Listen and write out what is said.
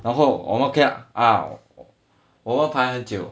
然后我们排很久